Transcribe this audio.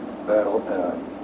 Battle